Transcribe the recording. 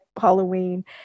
Halloween